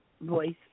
voice